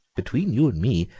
between you and me,